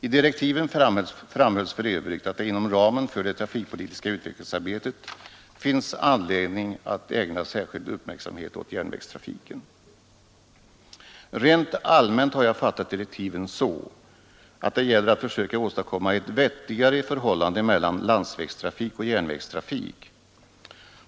I direktiven framhölls för övrigt att det inom ramen för det trafikpolitiska utvecklingsarbetet finns anledning att ägna särskild uppmärksamhet åt järnvägstrafiken. Jag har fattat direktiven så att det rent allmänt gäller att försöka åstadkomma ett vettigare förhållande mellan landsvägstrafik och järnvägstrafik.